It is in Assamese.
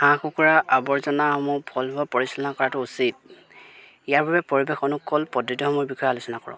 হাঁহ কুকুৰা আৱৰ্জনাসমূহ ফলপ্ৰসূভাৱে পৰিচালনা কৰাটো উচিত ইয়াৰ বাবে পৰিৱেশ অনুকূল পদ্ধতিসমূহৰ বিষয়ে আলোচনা কৰক